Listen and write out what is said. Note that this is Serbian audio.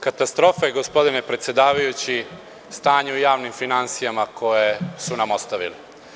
Katastrofa je, gospodine predsedavajući, stanje u javnim finansijama koje su nam ostavili.